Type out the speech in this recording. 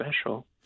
special